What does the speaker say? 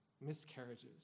miscarriages